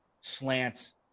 slants